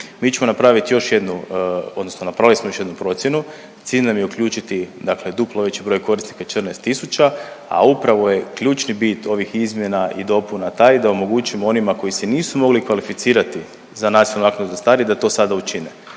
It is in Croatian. Mi ćemo napravit još jednu odnosno napravili smo još jednu procjenu, cilj nam je uključiti dakle duplo veći broj korisnika, 14 tisuća, a upravo je ključni bit ovih izmjena i dopuna taj da omogućimo onima koji se nisu mogli kvalificirati za nacionalnu naknadu za starije da to sada učine.